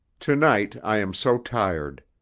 to-night i am so tired.